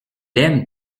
aime